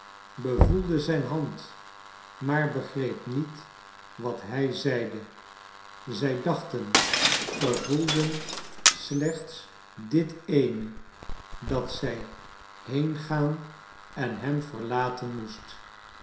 bevoelde zijn hand maar begreep niet wat hij zeide zij dachten gevoelde slechts dit ééne dat zij heengaan en hem verlaten moest